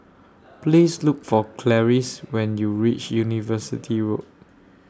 Please Look For Clarice when YOU REACH University Road